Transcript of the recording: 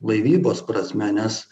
laivybos prasme nes